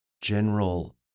general